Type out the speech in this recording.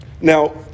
Now